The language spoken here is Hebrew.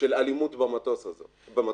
של אלימות במטוס הזה.